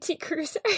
cruiser